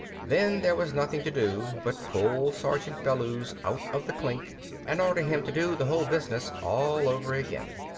then there was nothing to do but pull sergeant bellews out of the clink and order him to do the whole business all over again.